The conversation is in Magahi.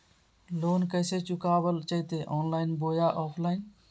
लोन कैसे चुकाबल जयते ऑनलाइन बोया ऑफलाइन?